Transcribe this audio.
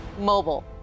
mobile